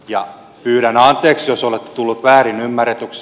ja pyydän anteeksi jos olen tullut väärinymmärretyksi